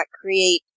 create